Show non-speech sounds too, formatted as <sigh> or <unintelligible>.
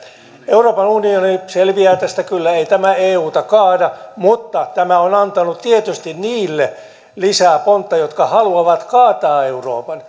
euroopan unioni selviää tästä kyllä ei tämä euta kaada mutta tämä on antanut tietysti niille lisää pontta jotka haluavat kaataa euroopan <unintelligible>